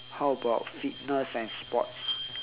how about fitness and sports